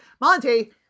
Monty